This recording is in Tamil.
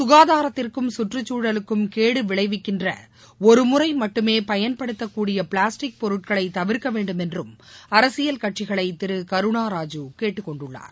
ககாதாரத்திற்கும் கற்றக்குழலுக்கும் கேடு விளைவிக்கின்ற ஒருமுறை மட்டுமே பயன்படுத்தக்கூடிய பிளாஸ்டிக் பொருட்களை தவிர்க்க வேண்டும் என்றும் அரசியல் கட்சிகளை திரு கருணா ராஜு கேட்டுக்கொண்டுள்ளார்